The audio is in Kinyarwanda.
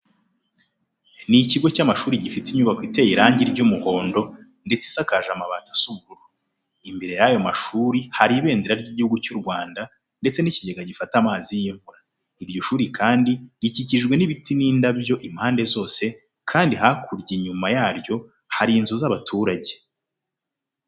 Ni ikigo cy'amashuri gifite inyubako iteye irange ry'umuhondo ndetse isakaje amabati asa ubururu. Imbere y'ayo mashuri hari Ibendera ry'Igihugu cy'u Rwanda ndetse n'ikigega gifata amazi y'imvura. Iryo shuri kandi rikikijwe n'ibiti n'indabyo impande zose kandi hakurya inyuma yaryo hari inzu z'abaturage.